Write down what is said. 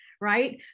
right